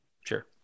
Sure